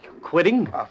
quitting